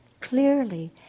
clearly